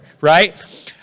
right